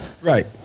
right